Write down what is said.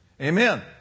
Amen